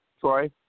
Troy